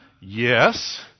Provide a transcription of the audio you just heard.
Yes